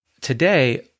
Today